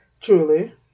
Truly